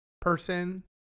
person